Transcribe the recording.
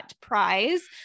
Prize